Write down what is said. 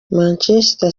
manchester